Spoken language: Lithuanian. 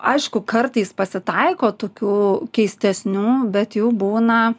aišku kartais pasitaiko tokių keistesnių bet jų būna